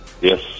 Yes